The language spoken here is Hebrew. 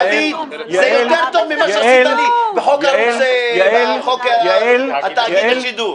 דוד, זה יותר טוב ממה שעשית לי בחוק תאגיד השידור.